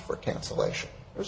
for cancellation there's